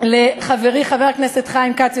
לחברי חבר הכנסת חיים כץ,